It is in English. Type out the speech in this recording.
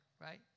right